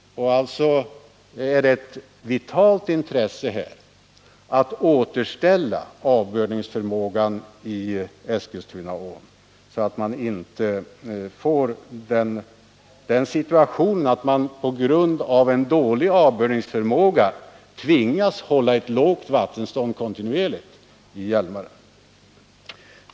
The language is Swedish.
Alltså är det ett vitalt intresse att återställa avbördnings — Ändrad vattenförmågan i Eskilstunaån, så att den situationen inte uppstår att man på grund — hushållning i Hjälav en dålig avbördningsförmåga kontinuerligt tvingas hålla ett lågt vattenmaren stånd i Hjälmaren.